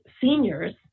seniors